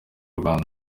rwanda